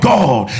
God